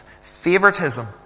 favoritism